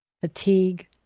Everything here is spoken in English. fatigue